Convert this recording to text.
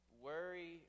Worry